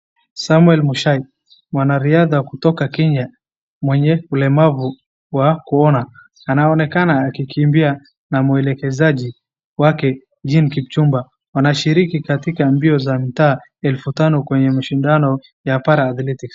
Samuel Muchai mwanariadha kutoka Kenya mwenye ulemavu wa kuona. Anaonekana akikimbia na mwelekezaji wake Jean Kipchumba. Wanashiriki katika mbio za mtaa elfu tano kwenye mashindano ya Para-athletic .